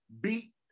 beat